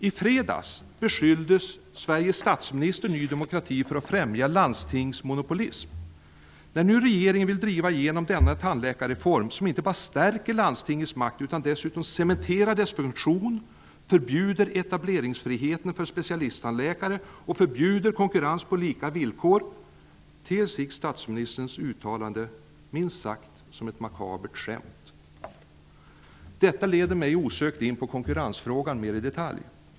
I fredags beskyllde Sveriges statsminister Ny demokrati för att främja landstingsmonopolism. När nu regeringen vill driva igenom denna tandläkarreform -- som inte bara stärker landstingets makt, utan dessutom cementerar dess funktion, förbjuder etableringsfriheten för specialisttandläkare och förbjuder konkurrens på lika villkor -- ter sig statsministerns uttalande minst sagt som ett makabert skämt. Detta leder mig osökt in på konkurensfrågan mer i detalj.